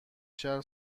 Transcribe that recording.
شهر